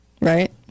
right